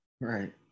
Right